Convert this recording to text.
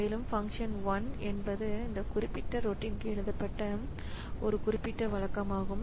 மேலும் ஃபங்ஷன் 1 என்பது இந்த குறிப்பிட்ட ரோட்டின்க்கு எழுதப்பட்ட ஒரு குறிப்பிட்ட வழக்கமாகும்